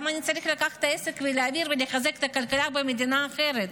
למה אני צריך לקחת את העסק ולהעביר ולחזק את הכלכלה במדינה אחרת?